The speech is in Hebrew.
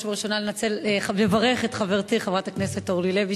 ובראשונה לברך את חברתי חברת הכנסת אורלי לוי,